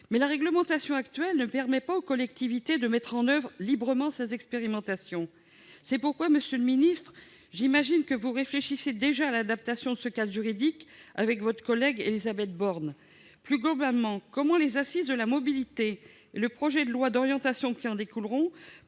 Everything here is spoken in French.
mais la réglementation actuelle ne permet pas aux collectivités de mettre en oeuvre librement ces expérimentations. Monsieur le secrétaire d'État, j'imagine que vous réfléchissez déjà à l'adaptation de ce cadre juridique avec votre collègue Élisabeth Borne. Plus globalement, comment les Assises de la mobilité et le projet de loi d'orientation qui en découlera